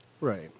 Right